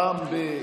פעם ב,